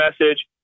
message